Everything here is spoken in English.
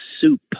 soup